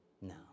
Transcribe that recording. No